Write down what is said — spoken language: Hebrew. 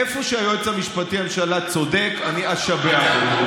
איפה שהיועץ המשפטי לממשלה צודק, אני אשבח אותו.